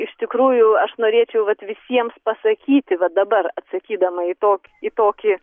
iš tikrųjų aš norėčiau vat visiems pasakyti va dabar atsakydama į tokį į tokį